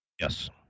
Yes